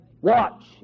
watch